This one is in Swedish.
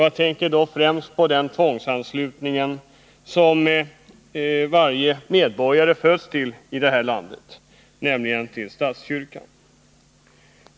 Jag tänker då främst på den tvångsanslutning som varje medborgare föds till i det här landet, nämligen anslutningen till statskyrkan.